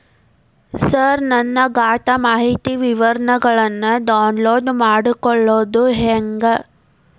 ಸರ ನನ್ನ ಖಾತಾ ಮಾಹಿತಿ ವಿವರಗೊಳ್ನ, ಡೌನ್ಲೋಡ್ ಮಾಡ್ಕೊಳೋದು ಹೆಂಗ?